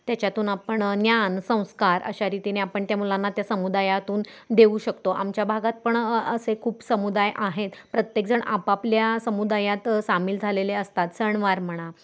त्याच्यातून आपण ज्ञान संस्कार अशा रीतीने आपण त्या मुलांना त्या समुदायातून देऊ शकतो आमच्या भागात पण असे खूप समुदाय आहेत प्रत्येकजण आपापल्या समुदायात सामील झालेले असतात सणवार म्हणा